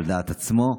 זה על דעת עצמו.